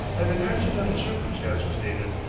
and an accidental circumstance was needed,